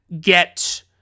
get